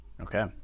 Okay